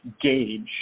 gauge